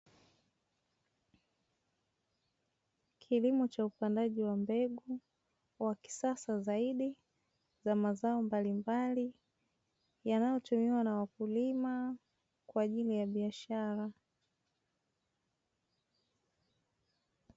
Kilimo cha upandaji wa mbegu wa kisasa zaidi za mazao mbalimbali yanayotumiwa na wakulima kwaajili ya biashara.